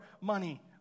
money